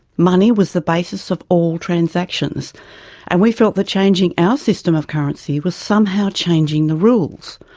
money was the basis of all transactions and we felt that changing our system of currency was somehow changing the rules.